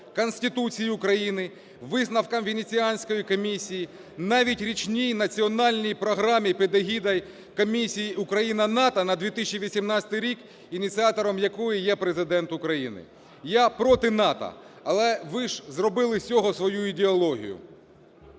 Конституції України, висновкам Венеціанської комісії, навіть річній національній програмі під егідою Комісії Україна-НАТО на 2018 рік, ініціатором якої є Президент України. Я проти НАТО, але ви ж зробили з цього свою ідеологію.